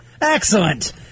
Excellent